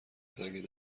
زنگ